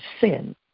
sin